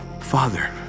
Father